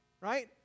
right